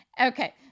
Okay